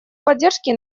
поддержке